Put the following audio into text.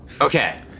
Okay